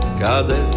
cade